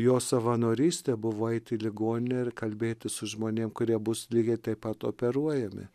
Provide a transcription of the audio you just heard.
jo savanorystė buvo eit į ligoninę ir kalbėtis su žmonėm kurie bus lygiai taip pat operuojami